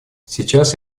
сейчас